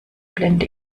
blende